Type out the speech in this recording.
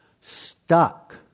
stuck